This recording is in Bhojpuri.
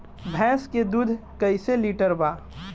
भैंस के दूध कईसे लीटर बा?